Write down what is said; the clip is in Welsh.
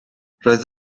roedd